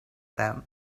them